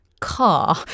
car